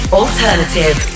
alternative